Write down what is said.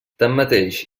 tanmateix